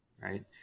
right